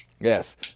Yes